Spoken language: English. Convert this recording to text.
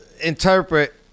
interpret